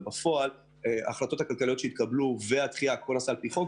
בפועל ההחלטות הכלכליות וכן הדחייה נעשו על פי חוק,